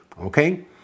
okay